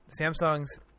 Samsung's